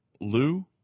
Lou